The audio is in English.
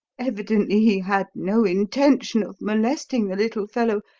evidently he had no intention of molesting the little fellow,